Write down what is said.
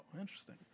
interesting